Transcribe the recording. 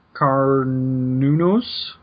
Carnunos